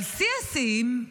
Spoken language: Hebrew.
אבל שיא השיאים הוא